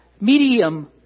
medium